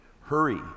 hurry